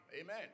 Amen